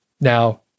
Now